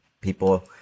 People